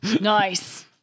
Nice